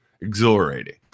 exhilarating